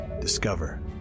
Discover